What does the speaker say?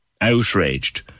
outraged